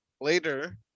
later